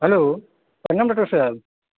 hello प्रणाम doctor sir